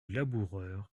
laboureur